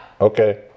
Okay